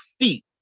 feet